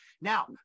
Now